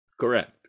Correct